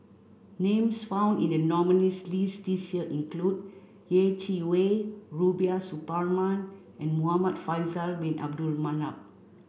names found in the nominees' list this year include Yeh Chi Wei Rubiah Suparman and Muhamad Faisal bin Abdul Manap